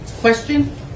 question